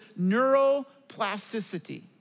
neuroplasticity